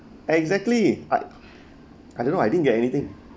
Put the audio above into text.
exactly I I don't know I didn't get anything